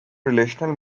relational